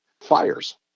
fires